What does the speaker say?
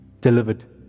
delivered